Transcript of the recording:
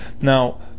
Now